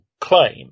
claim